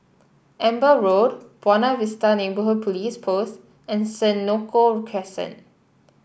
Amber Road Buona Vista Neighbourhood Police Post and Senoko Crescent